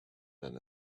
than